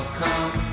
come